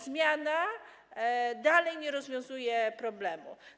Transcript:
Zmiana dalej nie rozwiązuje problemu.